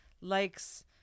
likes